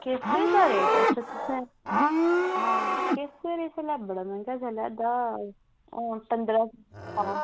केसर दे बारै च तुसें आं केसर इसलै बड़ा मैहंगा चला दा हून पंदरां था